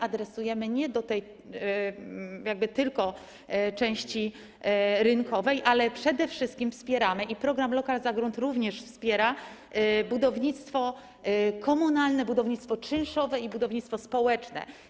Adresujemy je nie tylko do tej części rynkowej, ale przede wszystkim wspieramy - i program: lokal za grunt również wspiera - budownictwo komunalne, budownictwo czynszowe i budownictwo społeczne.